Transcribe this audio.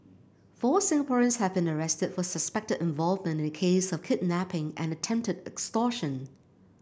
four Singaporeans have been arrested for suspected involvement in a case of kidnapping and attempted extortion